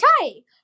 Okay